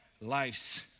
lives